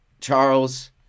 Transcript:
Charles